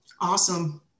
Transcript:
Awesome